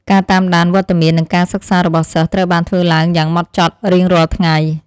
ការតាមដានវត្តមាននិងការសិក្សារបស់សិស្សត្រូវបានធ្វើឡើងយ៉ាងហ្មត់ចត់រៀងរាល់ថ្ងៃ។